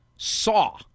Saw